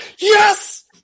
yes